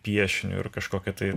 piešiniu ir kažkokia tai